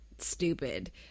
stupid